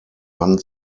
mann